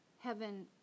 heaven